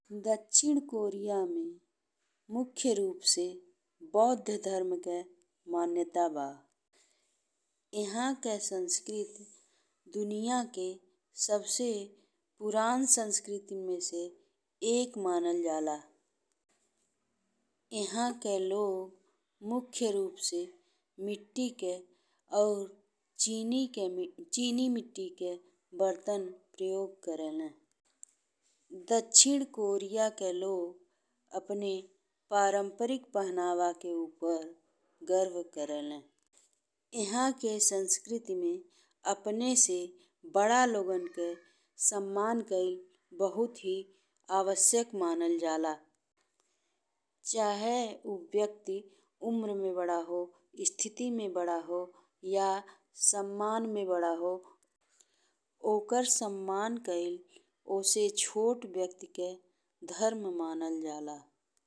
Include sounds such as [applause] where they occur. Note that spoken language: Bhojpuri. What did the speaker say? दक्षिण कोरिया में मुख्य रूप से बौद्ध धर्म के मान्यता बा। [noise] इहाँ के संस्कृति दुनिया के सबसे पुरान संस्कृतिन में से एक मनल जाला। इहाँ के लोग मिट्टी के और चीनी के [hesitation] चीनी मिट्टी के बर्तन प्रयोग करेला। [noise] दक्षिण कोरिया के लोग अपने परंपरिक पहिनावा के ऊपर गर्व करेला। इहाँ के संस्कृति में अपने से बड़ा लोगन के [noise] सम्मान कइल बहुत ही आवश्यक मनल जाला। चाहे ऊ व्यक्ति उमर में बड़ा हो, स्थिति में बड़ा हो या सम्मान में बड़ा हो। ओकर सम्मान कइल ओकर से छोट व्यक्ति के धर्म मनल जाला।